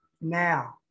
now